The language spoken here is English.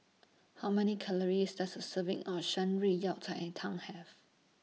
How Many Calories Does A Serving of Shan Rui Yao Cai Tang Have